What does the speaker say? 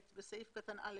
בסעיף קטן (א),